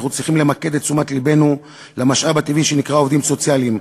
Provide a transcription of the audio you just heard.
אנחנו צריכים למקד את תשומת לבנו במשאב הטבעי שנקרא עובדים סוציאליים,